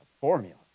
formula